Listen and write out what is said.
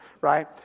right